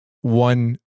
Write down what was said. one